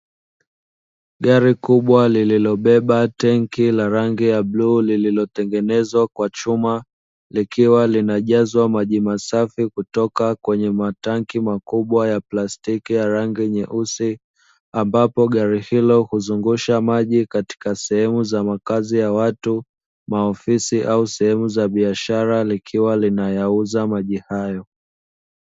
Gari kubwa lililobeba tanki la rangi ya bluu lililotengenezwa kwa chuma, likiwa linajazwa maji masafi kutoka kwenye matanki makubwa ya plastiki ya rangi nyeusi, ambapo gari hilo huzungusha maji katika sehemu za makazi ya watu, maofisi au sehemu za biashara likiwa linayauza maji hayo.